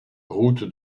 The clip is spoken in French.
route